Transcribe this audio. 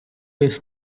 jest